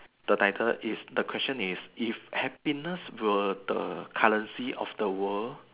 the title is the question is if happiest were the currency of the world